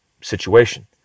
situation